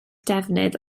defnydd